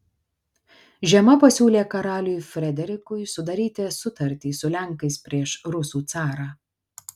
žema pasiūlė karaliui frederikui sudaryti sutartį su lenkais prieš rusų carą